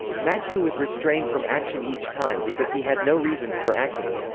mathieu was restrained from action each time because he had no reasons for acting.